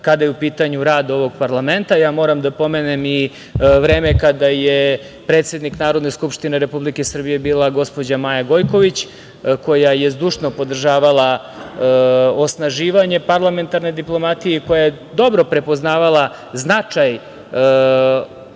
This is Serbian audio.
kada je u pitanju rad ovog parlamenta. Ja moram da pomenem i vreme kada je predsednik Narodne skupštine Republike Srbije bila gospođa Maja Gojković, koja je zdušno podržavala osnaživanje parlamentarne diplomatije i koja je dobro prepoznavala značaj